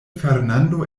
fernando